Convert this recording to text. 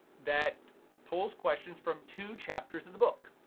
that pulls questions from two chapters of the book,